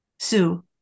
Sue